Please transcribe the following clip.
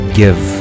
give